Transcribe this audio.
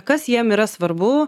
kas jiem yra svarbu